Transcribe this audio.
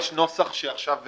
יש נוסח שעכשיו הוקרא.